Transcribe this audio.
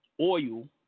oil